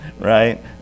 right